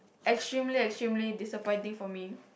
extremely extremely disappointing for me